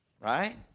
Right